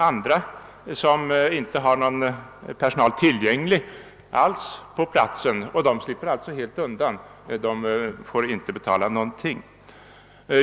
Andra däremot har ingen personal alls på platsen och slipper därför undan och behöver inte betala någonting.